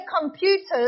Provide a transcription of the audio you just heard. computers